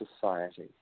society